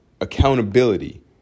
Accountability